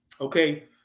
Okay